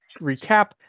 recap